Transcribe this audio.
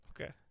Okay